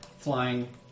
flying